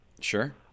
Sure